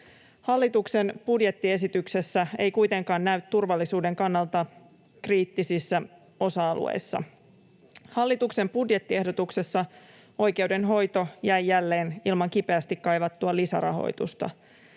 Hallituksen budjettiesityksessä se ei kuitenkaan näy turvallisuuden kannalta kriittisissä osa-alueissa. Hallituksen budjettiehdotuksessa oikeudenhoito jäi jälleen ilman kipeästi kaivattua lisärahoitusta,